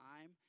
time